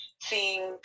seeing